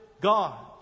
God